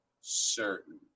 certain